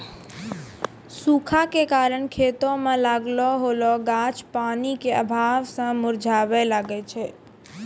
सूखा के कारण खेतो मे लागलो होलो गाछ पानी के अभाव मे मुरझाबै लागै छै